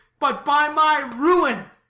but by my ruin.